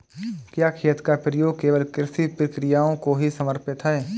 क्या खेत का प्रयोग केवल कृषि प्रक्रियाओं को ही समर्पित है?